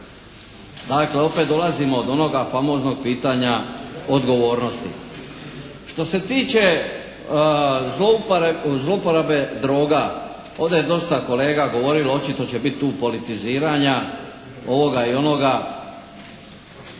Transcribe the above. Dakle, opet dolazimo do onoga famoznog pitanja odgovornosti. Što se tiče zlouporabe droga ovdje je dosta kolega govorilo, očito će biti tu politiziranja ovoga i onoga.